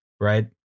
right